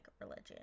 religion